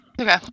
Okay